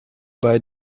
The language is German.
bei